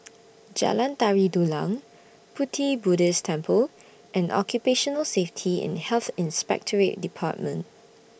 Jalan Tari Dulang Pu Ti Buddhist Temple and Occupational Safety and Health Inspectorate department